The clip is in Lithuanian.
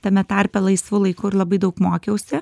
tame tarpe laisvu laiku ir labai daug mokiausi